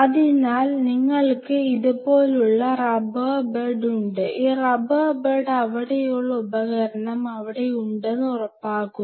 അതിനാൽ നിങ്ങൾക്ക് ഇതുപോലുള്ള റബ്ബർ ബെഡ് ഉണ്ട് ഈ റബ്ബർ ബെഡ് അവിടെയുള്ള ഉപകരണം അവിടെയുണ്ടെന്ന് ഉറപ്പാക്കുന്നു